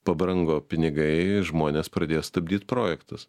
pabrango pinigai žmonės pradėjo stabdyt projektus